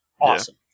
awesome